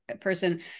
person